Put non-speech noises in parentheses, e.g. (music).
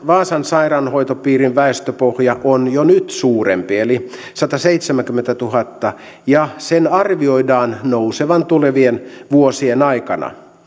vaasan sairaanhoitopiirin väestöpohja on jo nyt suurempi eli sataseitsemänkymmentätuhatta ja sen arvioidaan nousevan tulevien vuosien aikana (unintelligible)